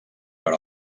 per